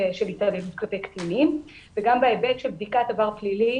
של התעללות כלפי קטינים וגם בהיבט של בדיקת עבר פלילי